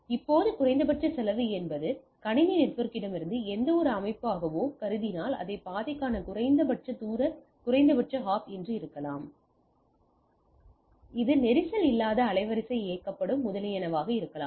இப்போது குறைந்தபட்ச செலவு என்பது கணினி நிர்வாகியிடமிருந்து எந்தவொரு அமைப்பாகவோ கருதினால் அது பாதைக்கான குறைந்தபட்ச தூர குறைந்தபட்ச ஹாப் என்று இருக்கலாம் அல்லது இது நெரிசல் இல்லாத அலைவரிசை இயக்கப்படும் முதலியன இருக்கலாம்